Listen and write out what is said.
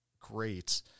great